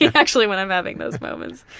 actually, when i'm having those moments.